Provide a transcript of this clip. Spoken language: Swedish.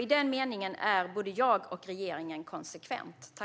I den meningen är både jag och regeringen konsekventa.